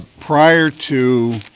prior to